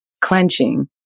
clenching